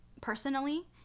personally